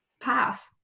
pass